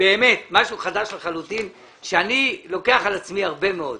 באמת משהו חדש לחלוטין שאני לוקח על עצמי הרבה מאוד,